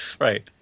right